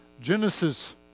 Genesis